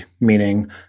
meaning